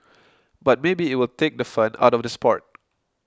but maybe it will take the fun out of the sport